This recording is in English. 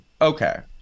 Okay